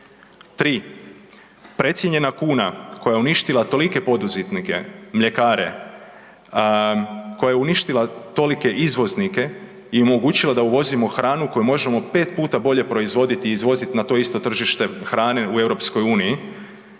3, precijenjena kuna koja je uništila tolike poduzetnike, mljekare, koja je uništila tolike izvoznike i omogućila da uvozimo hranu koju možemo 5 puta bolje proizvoditi i izvoziti na to isto tržište hrane u EU